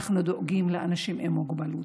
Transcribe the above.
אנחנו דואגים לאנשים עם מוגבלות.